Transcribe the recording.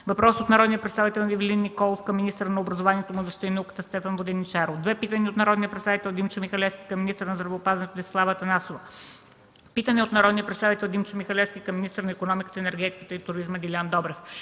въпрос от народния представител Ивелин Николов към министъра на образованието, младежта и науката Стефан Воденичаров; - две питания от народния представител Димчо Михалевски към министъра на здравеопазването Десислава Атанасова; - питане от народния представител Димчо Михалевски към министъра на икономиката, енергетиката и туризма Делян Добрев;